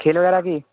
खेल वगैरह भी